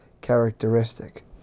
characteristic